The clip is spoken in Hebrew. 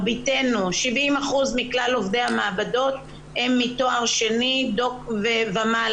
70% מכלל עובדי המעבדות הם מתואר שני ומעלה,